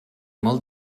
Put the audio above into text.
molt